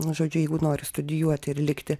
žodžiu jeigu nori studijuoti ir likti